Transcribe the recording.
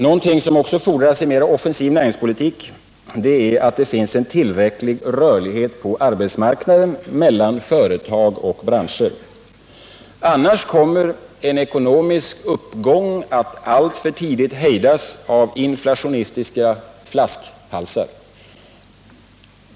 Någonting som också fordras i en mera offensiv näringspolitik är tillräcklig rörlighet på arbetsmarknaden mellan företag och branscher. Annars kommer en ekonomisk uppgång att alltför tidigt hejdas av inflationistiska flaskhalsar.